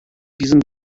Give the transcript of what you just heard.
diesem